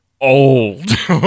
old